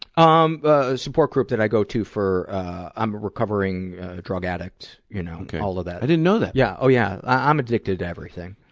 um ah support group that i go to for i'm a recovering drug addict, you know, all of that. i didn't know that. yeah. oh, yeah, i'm addicted to everything,